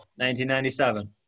1997